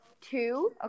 two